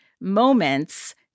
moments